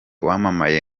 wamamaye